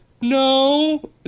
no